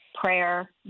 prayer